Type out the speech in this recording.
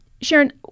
Sharon